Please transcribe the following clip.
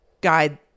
guide